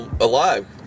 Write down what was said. alive